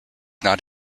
not